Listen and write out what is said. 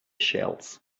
shells